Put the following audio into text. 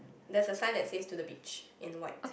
there's a sign that says to the beach in white